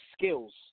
skills